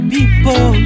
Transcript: People